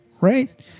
right